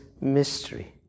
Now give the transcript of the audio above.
mystery